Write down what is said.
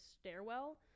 stairwell